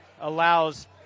allows